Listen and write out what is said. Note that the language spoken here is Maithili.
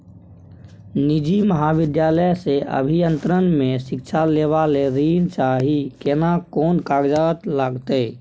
निजी महाविद्यालय से अभियंत्रण मे शिक्षा लेबा ले ऋण चाही केना कोन कागजात लागतै?